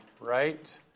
right